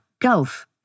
Gulf